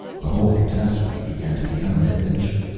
the whole catastrophe began to become an adventure.